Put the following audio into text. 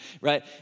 right